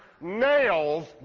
Nails